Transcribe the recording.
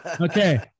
Okay